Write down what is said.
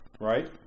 right